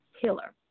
healer